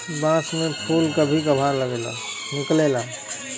बांस में फुल कभी कभार निकलेला